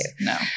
no